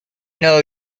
know